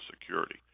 security